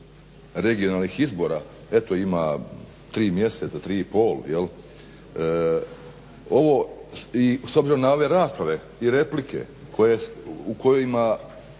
regionalnih izbora eto ima 3 mjeseca, 3,5 jel' ovo i s obzirom na ove rasprave i replike u kojima